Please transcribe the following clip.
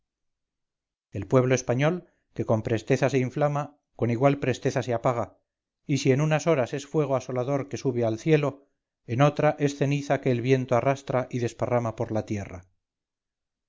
el pueblo español que con presteza se inflama con igual presteza se apaga y si en una horaes fuego asolador que sube al cielo en otra es ceniza que el viento arrastra y desparrama por la tierra